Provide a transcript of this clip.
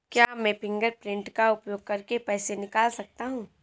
क्या मैं फ़िंगरप्रिंट का उपयोग करके पैसे निकाल सकता हूँ?